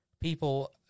people